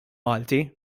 malti